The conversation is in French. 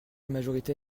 majorité